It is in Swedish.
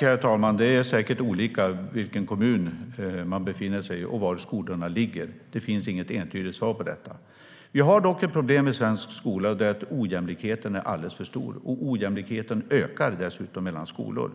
Herr talman! Det är säkert olika beroende på i vilken kommun man befinner sig och var skolorna ligger. Det finns inget entydigt svar på det. Vi har dock ett problem i svensk skola. Det är att ojämlikheten är alldeles för stor. Ojämlikheten ökar dessutom mellan skolor.